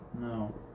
No